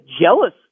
jealous